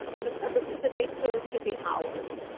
and the purposes that they serve, should be ours.